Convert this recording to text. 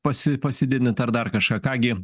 pasi pasididint ar dar kažką ką gi